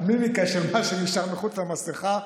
במימיקה של מה שנשאר מחוץ למסכה.